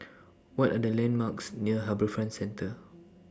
What Are The landmarks near HarbourFront Centre